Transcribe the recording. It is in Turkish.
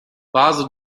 bazı